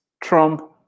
trump